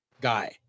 guy